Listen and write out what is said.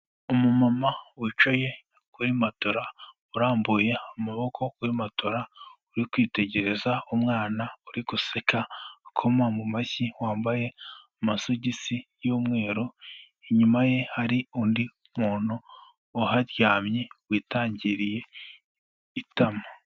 Umumama wicaye kuri matora, urambuye amaboko kuri matora, uri kwitegereza umwana uri guseka, akoma mu mashyi, wambaye amasogisi y'umweru, inyuma ye hari undi muntu uharyamye witangiriye itama.